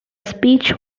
speech